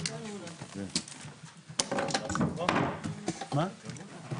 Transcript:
הישיבה